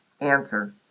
Answer